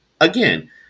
again